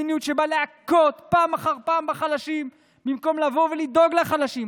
מדיניות שבאה להכות פעם אחר פעם בחלשים במקום לבוא ולדאוג לחלשים.